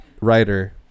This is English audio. writer